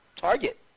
Target